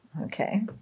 Okay